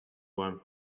one